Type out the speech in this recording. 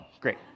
great